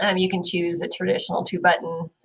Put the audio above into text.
um you can choose a traditional two-button,